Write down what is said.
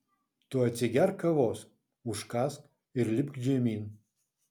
tu atsigerk kavos užkąsk ir lipk žemyn